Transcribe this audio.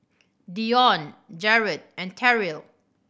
Dione Jerrod and Terrill